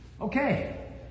Okay